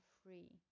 free